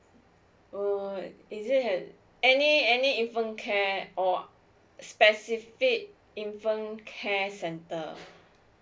oh is it a~ any any infant care or specific infant care center